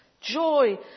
joy